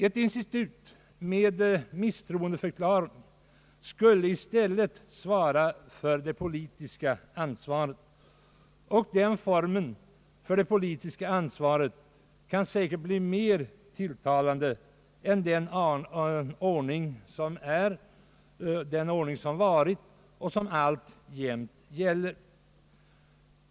Ett institut med = misstroendeförklaring skulle i stället svara för det politiska ansvaret, och den formen kan säkert bli mera tilltalande än den ordning som varit och som alltjämt gäller.